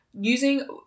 using